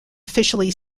officially